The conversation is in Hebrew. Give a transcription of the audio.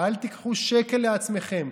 אל תיקחו שקל לעצמכם,